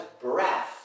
breath